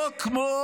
לא כמו